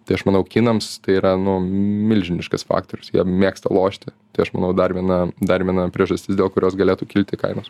tai aš manau kinams tai yra nu milžiniškas faktorius jie mėgsta lošti tai aš manau dar viena dar viena priežastis dėl kurios galėtų kilti kainos